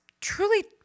truly